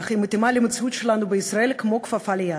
אך היא מתאימה למציאות שלנו בישראל כמו כפפה ליד.